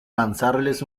lanzarles